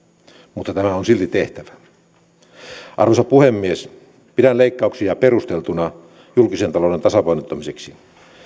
mutta tämä on silti tehtävä arvoisa puhemies pidän leikkauksia perusteltuina julkisen talouden tasapainottamiseksi